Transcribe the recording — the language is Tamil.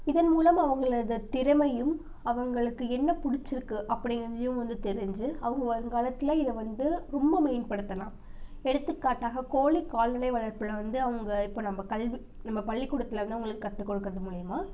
இதன்மூலம் அவர்களது திறமையும் அவர்களுக்கு என்ன பிடிச்சிருக்கு அப்படிங்கிறதையும் வந்து தெரிஞ்சு அவங்க வருங்காலத்தில் இதை வந்து ரொம்ப மேம்படுத்தலாம் எடுத்துக்காட்டாக கோழி கால்நடை வளர்ப்பில் வந்து அவங்க இப்போ நம்ம கல்வி நம்ம பள்ளிக்கூடத்தில் வந்து அவங்களுக்கு கற்றுக் கொடுக்கறது மூலயமா